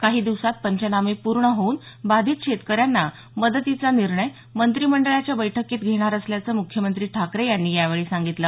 काही दिवसांत पंचनामे पूर्ण होऊन बाधित शेतकऱ्यांना मदतीचा निर्णय मंत्रिमंडळाच्या बैठकीत घेणार असल्याचं मुख्यमंत्री ठाकरे यांनी यावेळी सांगितलं